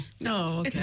No